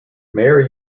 mayer